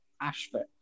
Ashford